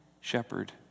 shepherd